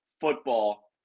football